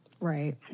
Right